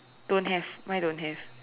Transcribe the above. don't have mine don't have